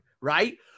Right